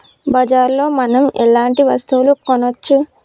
బజార్ లో మనం ఎలాంటి వస్తువులు కొనచ్చు?